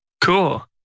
Cool